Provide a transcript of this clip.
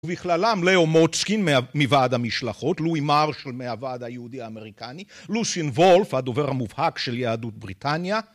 ובכללם לאו מוצקין מוועד המשלחות, לואי מרשל מוועד היהודי האמריקני, לוסין וולף הדובר המובהק של יהדות בריטניה